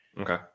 Okay